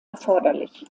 erforderlich